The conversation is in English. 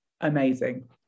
Amazing